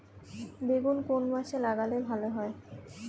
বেগুন কোন মাসে লাগালে ভালো হয়?